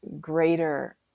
greater